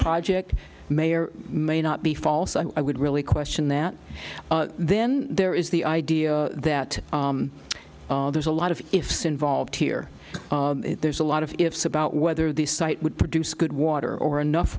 project may or may not be false i would really question that then there is the idea that there's a lot of ifs involved here there's a lot of ifs about whether the site would produce good water or enough